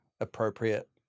appropriate